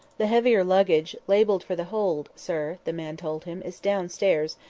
the heavier luggage, labelled for the hold, sir, the man told him, is down-stairs,